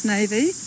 Navy